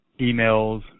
emails